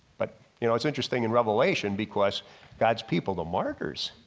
but you know it's interesting in revelation because god's people the markers.